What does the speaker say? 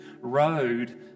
road